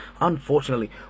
unfortunately